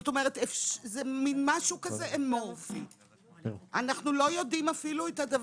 זה משהו אמורפי ואנחנו לא יודעים אפילו את זה.